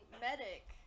Medic